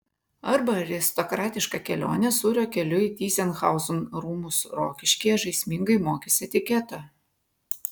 arba aristokratiška kelionė sūrio keliu į tyzenhauzų rūmus rokiškyje žaismingai mokys etiketo